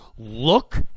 Look